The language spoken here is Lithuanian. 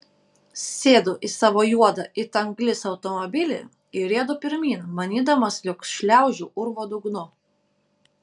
sėdu į savo juodą it anglis automobilį ir riedu pirmyn manydamas jog šliaužiu urvo dugnu